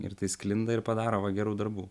ir tai sklinda ir padaro va gerų darbų